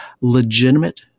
legitimate